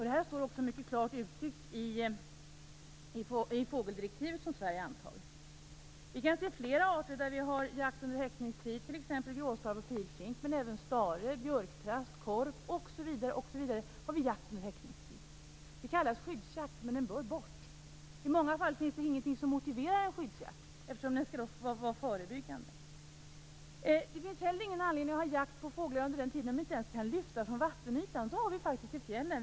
Det står också mycket klart uttryckt i det fågeldirektiv som Sverige har antagit. Det är flera arter som det är jakt på under häckningstid, t.ex. gråsparv och pilfink men även stare, björktrast, korp osv. Det kallas skyddsjakt. Den bör tas bort. I många fall finns det ingenting som motiverar en skyddsjakt, eftersom den skall vara förebyggande. Det finns heller ingen anledning att ha jakt på fåglar under den tid då de inte ens kan lyfta från vattenytan. En sådan jakt har vi faktiskt i fjällen.